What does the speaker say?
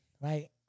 right